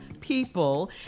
people